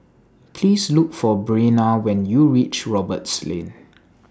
Please Look For Breana when YOU REACH Roberts Lane